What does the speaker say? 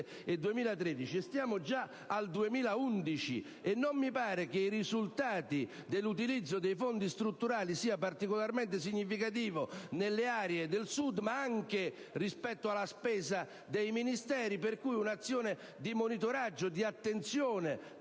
2007-2013, ed è già il 2011. E non mi pare che il risultato dell'utilizzo dei fondi strutturali sia particolarmente significativo nelle aree del Sud. Peraltro, anche rispetto alla spesa dei Ministeri, si pone l'esigenza di un'azione di monitoraggio, di attenzione,